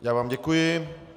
Já vám děkuji.